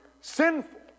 sinful